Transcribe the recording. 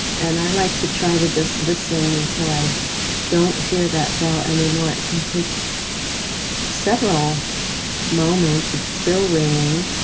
and i'd like to try to just listen until i don't hear that bell anymore. it can take several moments, it's still ringing,